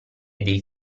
dei